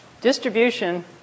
distribution